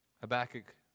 Habakkuk